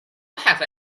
have